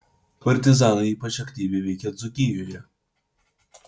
partizanai ypač aktyviai veikė dzūkijoje